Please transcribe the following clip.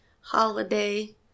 holiday